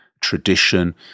tradition